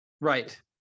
Right